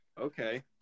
Okay